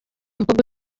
mukobwa